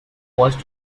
cost